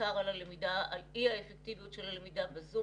מחקר על אי האפקטיביות של הלמידה בזום,